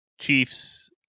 Chiefs